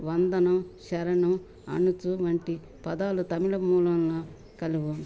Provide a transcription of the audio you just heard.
వందనం షరణం అణచు వంటి పదాలు తమిళం మూలాన కలవు